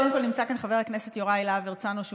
קודם כול נמצא כאן חבר הכנסת יוראי להב הרצנו,